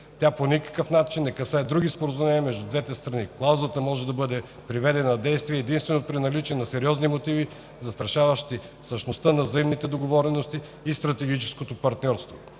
Тя по никакъв начин не касае други споразумения между двете страни. Клаузата може да бъде приведена в действие единствено при наличие на сериозни мотиви, застрашаващи същността на взаимните договорености и стратегическото партньорство.